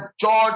George